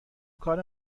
کار